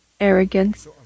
arrogance